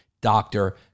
doctor